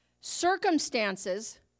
Circumstances